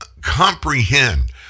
comprehend